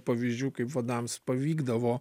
pavyzdžių kaip vadams pavykdavo